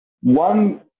one